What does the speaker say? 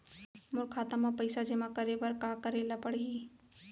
मोर खाता म पइसा जेमा करे बर का करे ल पड़ही?